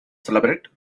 celebrate